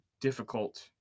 difficult